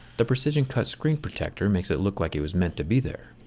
the precision cut screen protector makes it look like it was meant to be there.